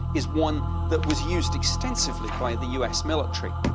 is one that was used extensively by the u s. military.